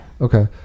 Okay